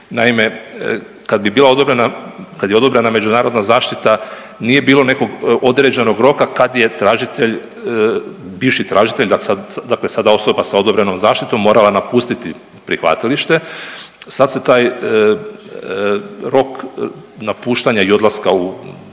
odobrena, kad je odobrena međunarodna zaštita nije bilo nekog određenog roka kad je tražitelj, bivši tražitelj, dakle sada osoba sa odobrenom zaštitom morala napustiti prihvatilište. Sad se taj rok napuštanja i odlaska u